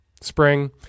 spring